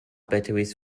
batteries